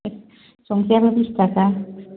संख्रियाबो बिस थाखा